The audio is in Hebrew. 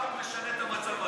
במה החוק משנה את המצב היום?